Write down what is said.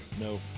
no